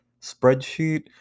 spreadsheet